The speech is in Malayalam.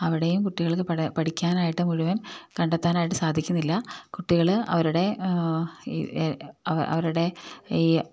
അവിടെയും കുട്ടികൾക്ക് പഠിക്കാനായിട്ട് മുഴുവൻ കണ്ടെത്താനായിട്ട് സാധിക്കുന്നില്ല കുട്ടികള് അവരുടെ അവരുടെ ഈ